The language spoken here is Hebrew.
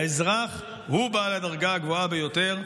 האזרח הוא בעל הדרגה הגבוהה ביותר.